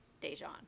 dijon